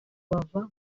bava